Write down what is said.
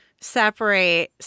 separate